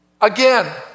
again